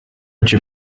which